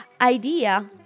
idea